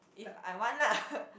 if I want lah